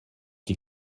die